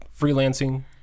freelancing